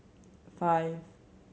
five